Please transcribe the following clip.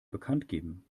bekanntgeben